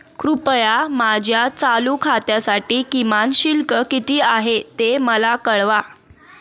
कृपया माझ्या चालू खात्यासाठी किमान शिल्लक किती आहे ते मला कळवा